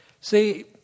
See